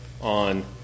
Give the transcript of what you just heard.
on